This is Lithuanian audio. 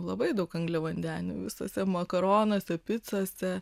labai daug angliavandenių visuose makaronuose picose